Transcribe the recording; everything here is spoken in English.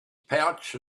pouch